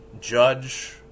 judge